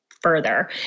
Further